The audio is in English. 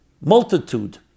multitude